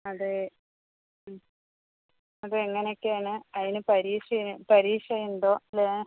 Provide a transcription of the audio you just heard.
അതെ മ് അതെങ്ങനൊക്കെയാണ് അതിനു പരീക്ഷ പരീക്ഷ ഉണ്ടോ അല്ലേ